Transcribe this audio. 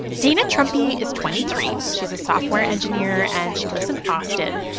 dana truempy is twenty three. she's a software engineer, and she lives in austin.